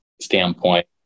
standpoint